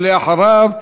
ואחריו,